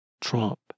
Trump